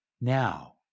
Now